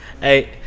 Hey